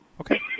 Okay